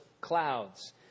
clouds